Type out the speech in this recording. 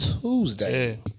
Tuesday